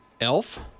elf